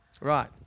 Right